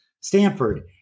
Stanford